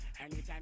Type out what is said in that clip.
Anytime